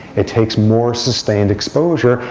it takes more sustained exposure.